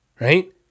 Right